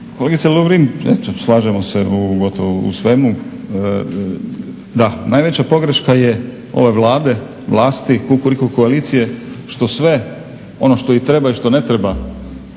Kolegice Lovrin, slažemo se u gotovo svemu. Da, najveća pogreška je ove Vlade, vlasti, Kukuriku koalicije što sve ono što i treba i što ne treba,